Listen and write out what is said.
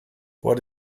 what